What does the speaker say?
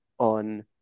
on